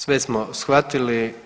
Sve smo shvatili.